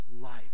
life